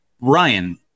Ryan